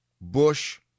Bush